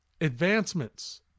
advancements